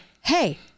hey